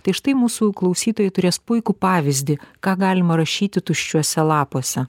tai štai mūsų klausytojai turės puikų pavyzdį ką galima rašyti tuščiuose lapuose